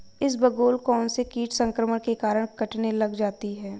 इसबगोल कौनसे कीट संक्रमण के कारण कटने लग जाती है?